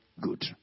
good